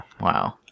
Wow